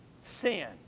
sin